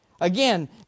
Again